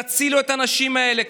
תצילו את האנשים האלה,